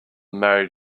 married